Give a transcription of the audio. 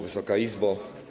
Wysoka Izbo!